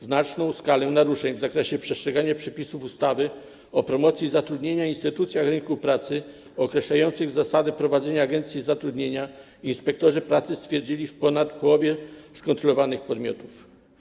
Znaczną skalę naruszeń w zakresie przestrzegania przepisów ustawy o promocji zatrudnienia i instytucjach rynku pracy określających zasady prowadzenia agencji zatrudnienia inspektorzy pracy stwierdzili w ponad połowie skontrolowanych podmiotów.